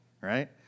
right